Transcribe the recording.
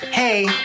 Hey